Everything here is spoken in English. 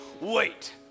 Wait